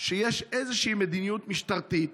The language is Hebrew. שיש איזושהי מדיניות משטרתית